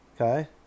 Okay